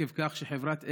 עקב כך שחברת אגד,